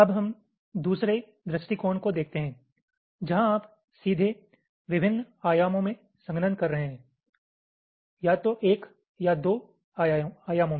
अब हम दूसरे दृष्टिकोण को देखते हैं जहाँ आप सीधे विभिन्न आयामों में संघनन कर रहे हैं या तो एक या दो आयामों में